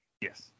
Yes